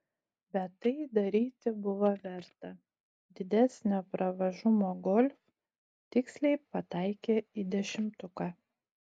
bet tai daryti buvo verta didesnio pravažumo golf tiksliai pataikė į dešimtuką